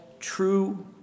True